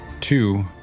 Two